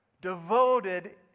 devoted